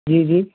जी जी